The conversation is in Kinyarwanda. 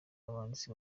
abanditsi